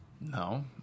No